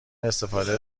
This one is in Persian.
استفاده